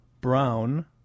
Brown